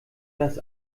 dass